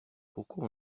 pourquoi